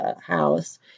house